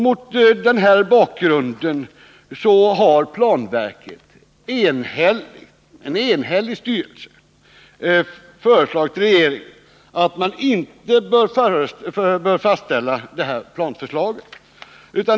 Mot denna bakgrund har planverkets enhälliga styrelse föreslagit regeringen att man inte bör fastställa föreliggande planförslag.